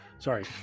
Sorry